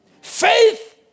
Faith